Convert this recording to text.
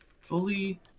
Fully